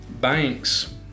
banks